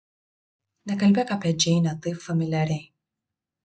nekalbėk apie džeinę taip familiariai